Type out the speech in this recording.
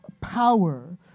power